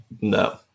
No